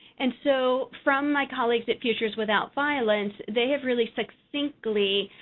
and so, from my colleagues at futures without violence, they have really succinctly